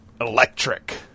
electric